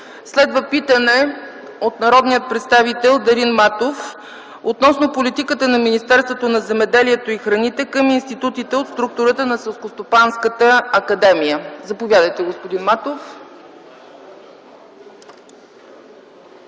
Следва питане от народния представител Дарин Матов относно политиката на Министерството на земеделието и храните към институтите от структурата на Селскостопанската академия. Заповядайте, господин Матов.